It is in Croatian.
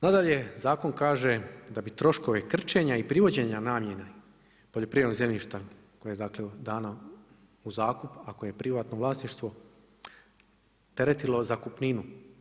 Nadalje, zakon kaže, da bi troškovi krčenja i privođenja namjena poljoprivrednog zemljišta, koje je dano u zakup, ako je privatno vlasništvo, teretio zakupninu.